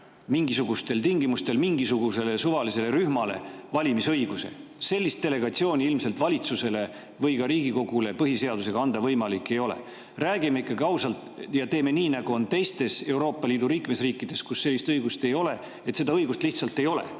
mingisugustel tingimustel mingisuguse suvalise rühma valimisõiguse. Sellist delegatsiooni ilmselt valitsusele või ka Riigikogule põhiseadusega anda võimalik ei ole. Räägime ikkagi ausalt ja teeme nii, nagu on teistes Euroopa Liidu liikmesriikides, kus sellist õigust ei ole, et seda õigust lihtsalt ei ole.